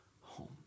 home